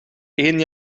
één